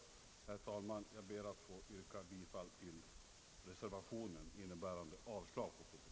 Herr talman! Jag ber att få yrka bifall till reservationen, innebärande avslag på propositionen.